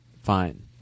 fine